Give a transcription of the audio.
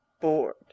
bored